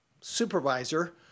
supervisor